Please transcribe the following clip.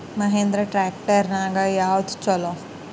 Mahindra tractor ನ್ಯಾಗ ಯಾವ್ದ ಛಲೋ?